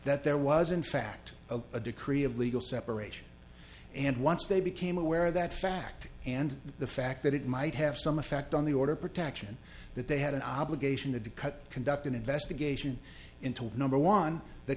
that there was in fact a a decree of legal separation and once they became aware of that fact and the fact that it might have some effect on the order of protection that they had an obligation to cut conduct an investigation into number one the